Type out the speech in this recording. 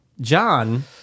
John